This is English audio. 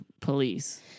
police